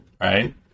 right